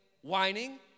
whining